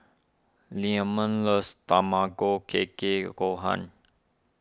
Leamon loves Tamago Kake Gohan